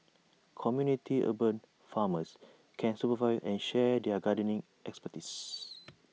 community 'urban farmers' can supervise and share their gardening expertise